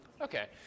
Okay